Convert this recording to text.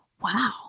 wow